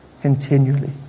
continually